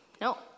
No